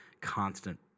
constant